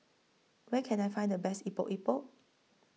Where Can I Find The Best Epok Epok